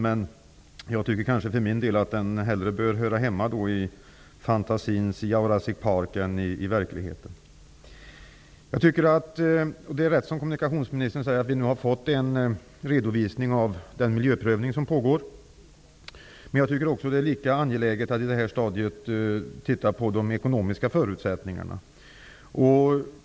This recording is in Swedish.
Men jag tycker att den mer hör hemma i fantasins Jurassic Park än i verkligheten. Det är riktigt, som kommunikationsministern säger, att vi har fått en redovisning av den miljöprövning som pågår. Men det är lika angeläget att man på det här stadiet tittar på de ekonomiska förutsättningarna.